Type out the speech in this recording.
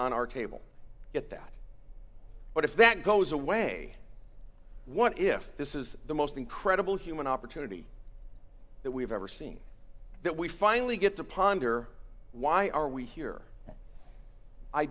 on our table get that but if that goes away what if this is the most incredible human opportunity that we've ever seen that we finally get to ponder why are we here i